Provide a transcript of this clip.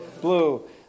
Blue